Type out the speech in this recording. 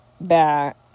back